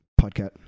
Podcast